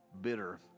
bitter